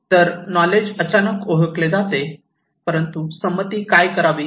तर नॉलेज अचानक ओळखले जाते परंतु संमती काय करावी